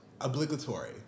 obligatory